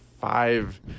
five